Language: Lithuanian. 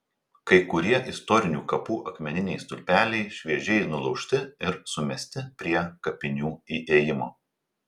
kai kurie istorinių kapų akmeniniai stulpeliai šviežiai nulaužti ir sumesti prie kapinių įėjimo